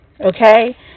okay